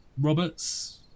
Roberts